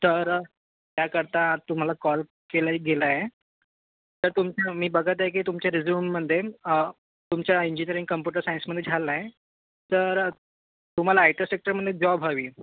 तर याकरता तुम्हाला कॉल केलं गेलं आहे तर तुमचं मी बघत आहे की तुमचे रेजूममध्ये तुमचा इंजिनिअरिंग कम्पुटर सायन्समध्ये झालं आहे तर तुम्हाला आय टं सेक्टरमध्ये जॉब हवीय